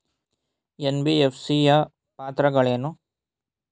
NBFC ಯ ಪಾತ್ರಗಳೇನು?